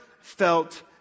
felt